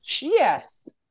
Yes